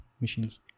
machines